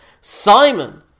Simon